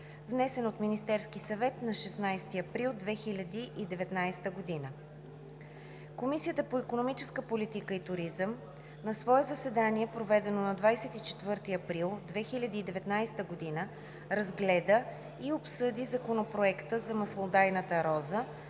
внесен от Министерския съвет на 16 април 2019 г. Комисията по икономическа политика и туризъм на свое заседание, проведено на 24 април 2019 г., разгледа и обсъди Законопроект за маслодайната роза,